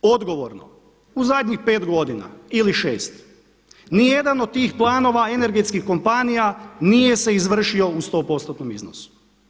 Odgovorno u zadnjih pet godina ili šest nijedan od tih planova energetskih kompanija nije se izvršio u sto postotnom iznosu.